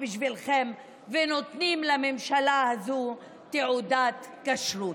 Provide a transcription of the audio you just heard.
בשבילכם ונותנים לממשלה הזו תעודת כשרות.